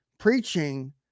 Preaching